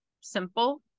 simple